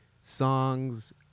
songs